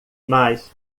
mas